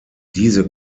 diese